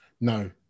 No